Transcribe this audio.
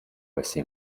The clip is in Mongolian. байсан